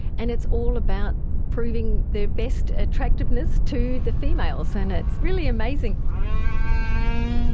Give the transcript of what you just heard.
and it's all about proving their best attractiveness to the females. and it's really amazing. i i